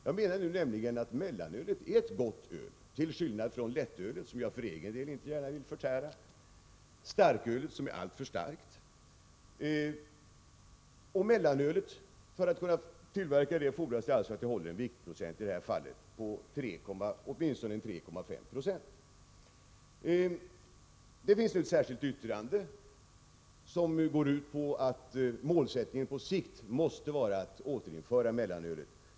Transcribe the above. Jag menar nämligen att mellanölet är ett gott öl till skillnad från lättölet, som jag för egen del inte gärna vill förtära, och starkölet, som är alltför starkt. För att mellanöl skall kunna tillverkas fordras att det håller en viktprocent på åtminstone 3,5 96. Det finns nu ett särskilt yttrande som går ut på att målsättningen på sikt måste vara att återinföra mellanölet.